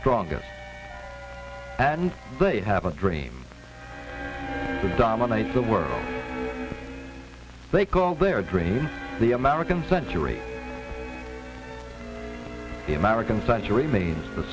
stronger and they have a dream to dominate the world they call their dream the american century the american century means the